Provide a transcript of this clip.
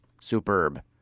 Superb